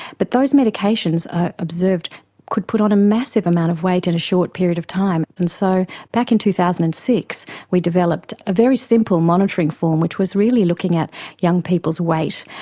but those medications are observed could put on a massive amount of weight in and a short period of time. and so back in two thousand and six we developed a very simple monitoring form which was really looking at young people's weight,